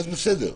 זה בסדר.